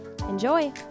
Enjoy